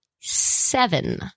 seven